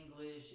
English